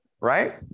right